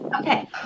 Okay